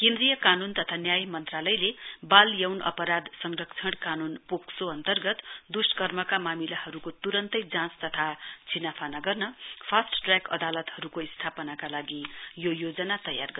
केन्द्रीय कानून तथा न्याय मन्त्रालयले बाल योन अपराध संरक्षण कानून पोक्सो अन्तर्गत द्स्कर्मका मामिलाहरुको त्रन्तै जाँच तथा छिनाफाना गर्न फास्ट टर्याक अदालतहरुको स्थापनाका लागि यो योजना तयार गरेको हो